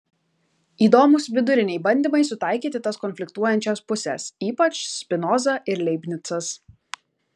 įdomūs viduriniai bandymai sutaikyti tas konfliktuojančias puses ypač spinoza ir leibnicas